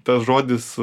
tas žodis